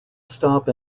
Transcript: stop